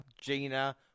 Gina